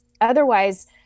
Otherwise